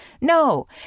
No